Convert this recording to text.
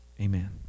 Amen